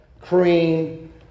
cream